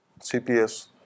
CPS